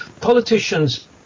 politicians